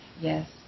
Yes